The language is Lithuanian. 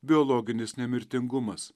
biologinis nemirtingumas